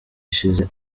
ishize